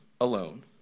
alone